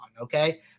okay